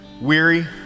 weary